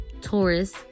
taurus